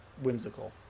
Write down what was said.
whimsical